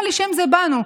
לא לשם זה באנו,